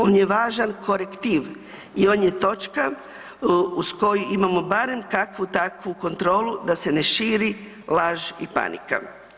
On je važan korektiv i to je točka z koju imamo barem kakvu takvu kontrolu da se ne širi laž i panika.